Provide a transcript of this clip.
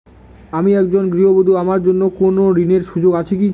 আমি একজন গৃহবধূ আমার জন্য কোন ঋণের সুযোগ আছে কি?